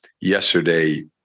yesterday